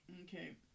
Okay